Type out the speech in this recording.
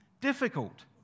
difficult